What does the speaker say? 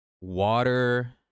water